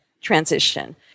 transition